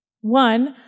One